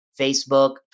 facebook